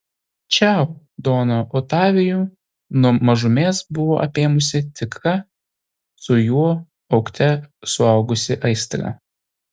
čiau doną otavijų nuo mažumės buvo apėmusi tikra su juo augte suaugusi aistra